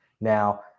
Now